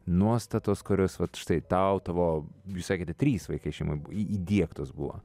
nuostatos kurios vat štai tau tavo jūs sakėte trys vaikai šeimoj bu į įdiegtos buvo